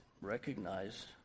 recognize